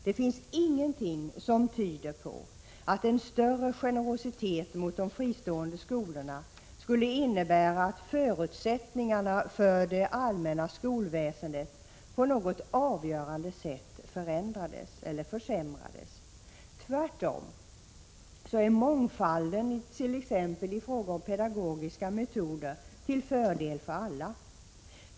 Det finns ingenting som tyder på att en större generositet mot de fristående skolorna skulle innebära att förutsättningarna för det allmänna skolväsendet på något avgörande sätt försämrades. Tvärtom är mångfalden, t.ex. i fråga om pedagogiska metoder, till fördel för alla.